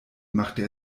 machte